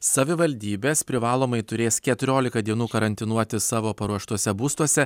savivaldybės privalomai turės keturiolika dienų karantinuoti savo paruoštuose būstuose